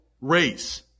race